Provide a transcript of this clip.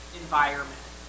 environment